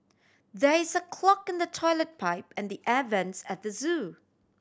there is a clog in the toilet pipe and the air vents at the zoo